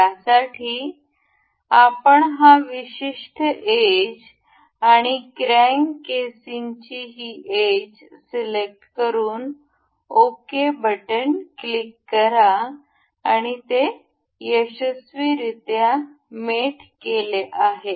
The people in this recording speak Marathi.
त्यासाठी आपण हा विशिष्ट एज आणि क्रॅंक केसिंगची ही एज सिलेक्ट करून ओके बटन क्लिक करा आणि हे यशस्वीरित्या मेट केले आहे